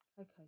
Okay